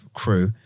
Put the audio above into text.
crew